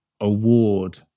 award